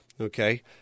okay